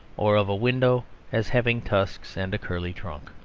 or of a window as having tusks and a curly trunk.